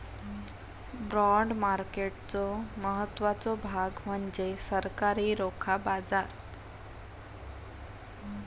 bond मार्केटचो महत्त्वाचो भाग म्हणजे सरकारी रोखा बाजार